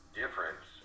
difference